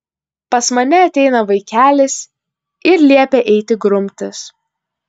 pas mane ateina vaikelis ir liepia eiti grumtis